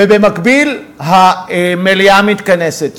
ובמקביל המליאה מתכנסת.